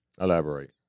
Elaborate